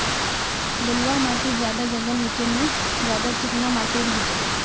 बलवाह माटित ज्यादा जंगल होचे ने ज्यादा चिकना माटित होचए?